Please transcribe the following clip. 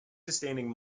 sustaining